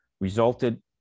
resulted